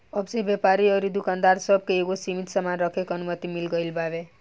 अब से व्यापारी अउरी दुकानदार सब के एगो सीमित सामान रखे के अनुमति मिल गईल बावे